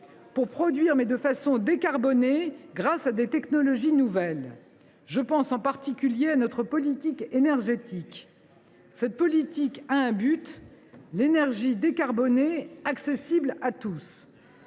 pour produire de façon décarbonée, grâce à des technologies nouvelles – je pense en particulier à notre politique énergétique. « Cette politique a un but : l’énergie décarbonée accessible à tous.